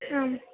आम्